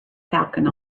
falcon